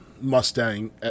Mustang